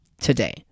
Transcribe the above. today